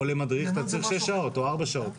או למדריך אתה צריך שש שעות או ארבע שעות.